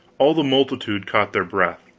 all the multitude caught their breath,